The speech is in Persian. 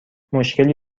مشکلی